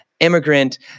Immigrant